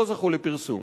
לא זכו לפרסום: